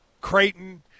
Creighton